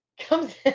comes